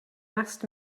asked